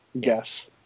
guess